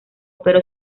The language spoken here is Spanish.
pero